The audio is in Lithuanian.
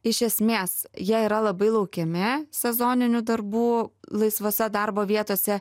iš esmės jie yra labai laukiami sezoninių darbų laisvose darbo vietose